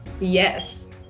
yes